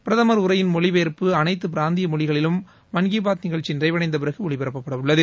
பிரதம் உரையின் மொழி பெயா்ப்பு அனைத்து பிராந்திய மொழிகளிலும் மான் கீ பாத் நிஷழ்ச்சி நிறைவடைந்த பிறகு ஒலிபரப்பப்படவுள்ளது